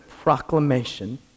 proclamation